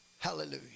Hallelujah